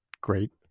great